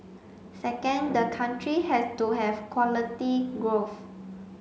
second the country has to have quality growth